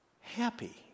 happy